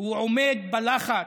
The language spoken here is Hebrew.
הוא עומד בלחץ.